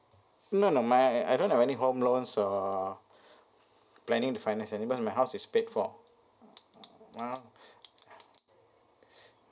no no my I don't have any home loans or planning to finance because my house is paid for ah